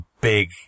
big